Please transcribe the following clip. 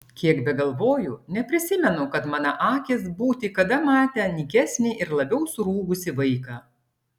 kiek begalvoju neprisimenu kad mana akys būti kada matę nykesnį ir labiau surūgusį vaiką